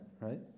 right